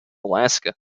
alaska